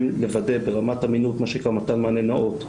לוודא ברמת אמינות מה שנקרא מתן מענה נאות,